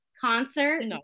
concert